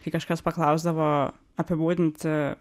kai kažkas paklausdavo apibūdinti